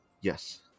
yes